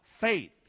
Faith